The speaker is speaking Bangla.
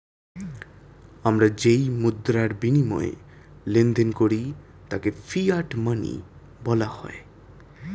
আমরা যেই মুদ্রার বিনিময়ে লেনদেন করি তাকে ফিয়াট মানি বলা হয়